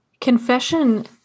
confession